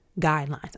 guidelines